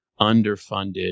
underfunded